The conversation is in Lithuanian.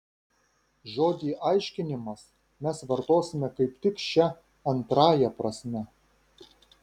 žodį aiškinimas mes vartosime kaip tik šia antrąja prasme